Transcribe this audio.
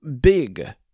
big